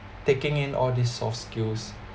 taking in all these soft skills